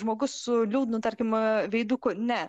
žmogus su liūdnu tarkim veiduku ne